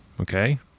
okay